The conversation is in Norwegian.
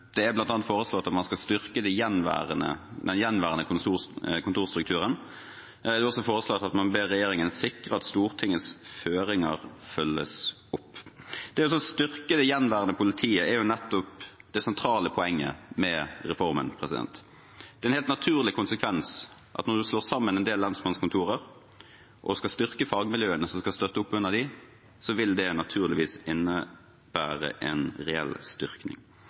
Det er bl.a. foreslått at man skal styrke den gjenværende kontorstrukturen. Det er også foreslått at man ber regjeringen sikre at Stortingets føringer følges opp. Det å styrke det gjenværende politiet er nettopp det sentrale poenget med reformen. Det er en helt naturlig konsekvens at når en slår sammen en del lensmannskontorer og skal styrke fagmiljøene som skal støtte opp under dem, vil det naturligvis innebære en reell styrking.